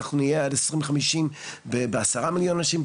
אנחנו נהיה ב- 2050 ב- 10 מיליון אנשים.